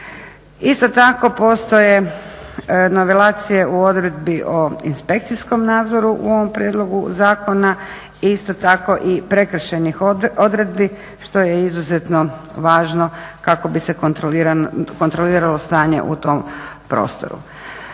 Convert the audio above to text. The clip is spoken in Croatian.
Isto tako postoje nivelacije u odredbi o inspekcijskom nadzoru u ovom prijedlogu zakona i isto tako i prekršajnih odredbi što je izuzetno važno kako bi se kontroliralo stanje u tom prostoru.